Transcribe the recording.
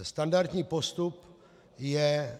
Standardní postup je...